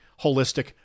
holistic